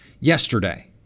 yesterday